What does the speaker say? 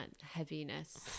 heaviness